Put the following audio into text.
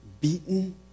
beaten